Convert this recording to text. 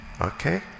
okay